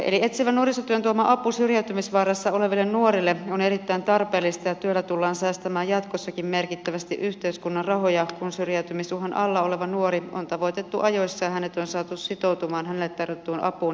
etsivän nuorisotyön tuoma apu syrjäytymisvaarassa oleville nuorille on erittäin tarpeellista ja työllä tullaan säästämään jatkossakin merkittävästi yhteiskunnan rahoja kun syrjäytymisuhan alla oleva nuori on tavoitettu ajoissa ja hänet on saatu sitoutumaan hänelle tarjottuun apuun ja palveluihin